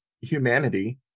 humanity